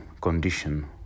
condition